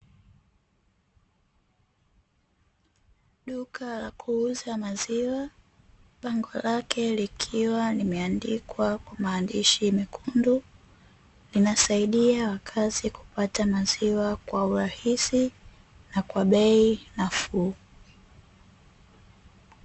Duka la kuuza maziwa, bango lake likiwa limeandikwa maandishi mekundu, linasaidia wakazi kupata maziwa kwa urahisi na kwa bei nafuu.